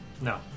No